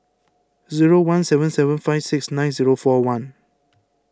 zero one seven seven five six nine zero four one